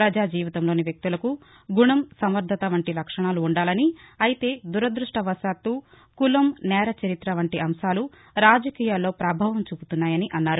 పజా జీవితంలోని వ్యక్తులకు గుణం సమర్దత వంటి లక్షణాలు ఉండాలని అయితే దురద్భప్లవశాత్తు కులం నేరచరిత్ర వంటి అంశాలు రాజకీయాల్లో ప్రభావం చూపుతున్నాయని అన్నారు